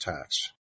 tax